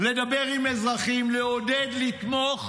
לדבר עם אזרחים, לעודד, לתמוך,